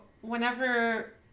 whenever